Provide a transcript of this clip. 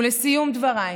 ולסיום דבריי,